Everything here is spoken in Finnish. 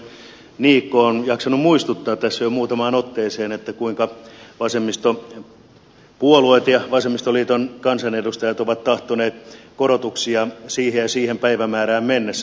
edustaja niikko on jaksanut muistuttaa tässä jo muutamaan otteeseen kuinka vasemmistopuolueet ja vasemmistoliiton kansanedustajat ovat tahtoneet korotuksia siihen ja siihen päivämäärään mennessä